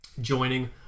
joining